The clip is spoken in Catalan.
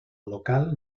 local